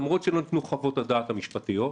למרות שניתנו חוות הדעת המשפטיות,